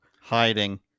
hiding